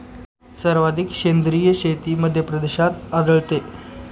सर्वाधिक सेंद्रिय शेती मध्यप्रदेशात आढळते